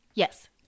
Yes